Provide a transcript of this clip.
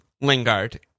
Lingard